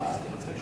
חברי חברי הכנסת,